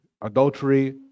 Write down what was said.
Adultery